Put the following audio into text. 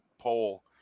poll